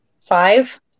five